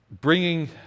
bringing